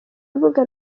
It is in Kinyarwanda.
urubuga